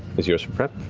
is yours for prep,